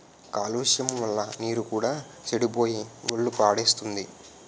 కాలుష్యం వల్ల నీరు కూడా సెడిపోయి ఒళ్ళు పాడుసేత్తుంది